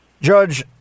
Judge